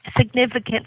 significant